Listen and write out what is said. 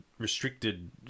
restricted